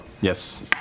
Yes